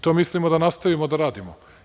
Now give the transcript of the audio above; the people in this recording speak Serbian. To mislimo i da nastavimo da radimo.